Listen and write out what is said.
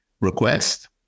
request